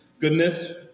goodness